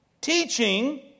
teaching